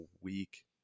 week